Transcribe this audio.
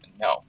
No